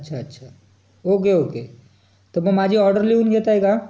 अच्छा अच्छा okay okay तर मग माझी ऑर्डर लिहून घेताय का